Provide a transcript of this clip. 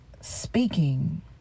speaking